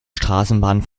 straßenbahn